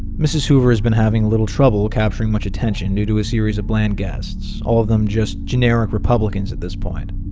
mrs. hoover has been having a little trouble capturing much attention due to a series of bland guests all of them just generic republicans at this point.